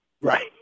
right